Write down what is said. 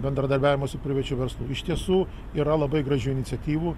bendradarbiavimo su privačiu verslu iš tiesų yra labai gražių iniciatyvų